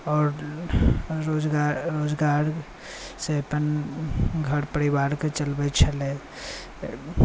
आओर रोजगारसँ अपन घर परिवारकेँ चलबैत छलै